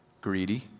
Greedy